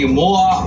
more